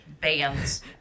bands